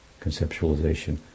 conceptualization